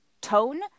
tone